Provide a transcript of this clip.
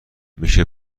میشه